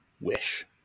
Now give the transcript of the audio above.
Wish